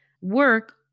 work